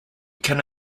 can